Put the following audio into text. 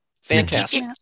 Fantastic